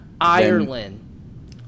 ireland